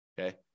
Okay